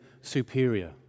superior